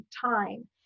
time